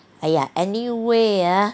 !aiya! anyway ah